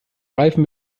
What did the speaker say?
reifen